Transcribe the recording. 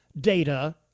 data